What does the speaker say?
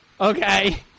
okay